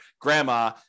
grandma